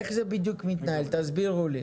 איך זה בדיוק מתנהל, תסבירו לי.